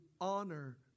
honor